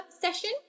session